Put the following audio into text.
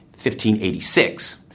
1586